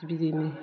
बिदियैनो